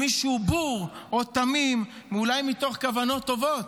מי שהוא בור או תמים, ואולי מתוך כוונות טובות,